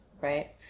Right